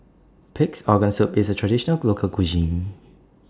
Pig'S Organ Soup IS A Traditional Local Cuisine